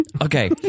Okay